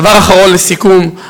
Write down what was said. דבר אחרון לסיכום.